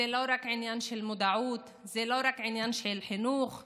זה לא רק עניין של מודעות,